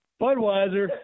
Budweiser